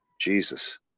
jesus